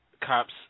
cops